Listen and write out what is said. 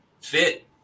fit